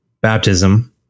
baptism